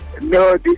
No